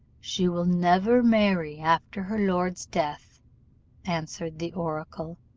she will never marry after her lord's death answered the oracle.